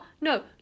No